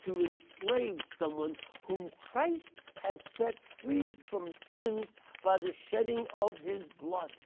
to enslave someone whom christ has set free from sins by the shedding of his blood?